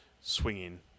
swinging